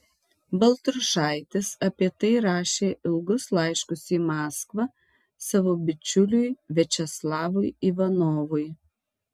baltrušaitis apie tai rašė ilgus laiškus į maskvą savo bičiuliui viačeslavui ivanovui